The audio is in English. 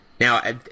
Now